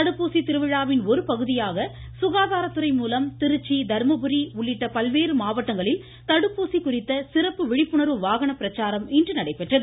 தடுப்பூசி திருவிழாவின் ஒருபகுதியாக சுகாதாரத்துறை மூலம் திருச்சி தர்மபுரி மாவட்டத்தில் தடுப்பூசி குறித்த சிறப்பு விழிப்புணர்வு வாகன பிரச்சாரம் நடைபெற்றது